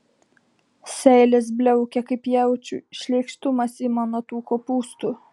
seilės bliaukia kaip jaučiui šleikštumas ima nuo tų kopūstų